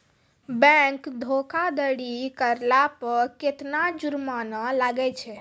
Bank धोखाधड़ी करला पे केतना जुरमाना लागै छै?